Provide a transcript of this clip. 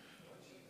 נאום פצצה.